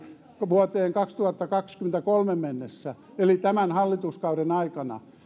vuoteen kaksituhattakaksikymmentäkolme mennessä eli tämän hallituskauden aikana